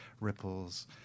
ripples